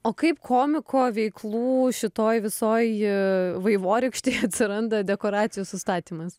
o kaip komiko veiklų šitoj visoj vaivorykštėj atsiranda dekoracijų sustatymas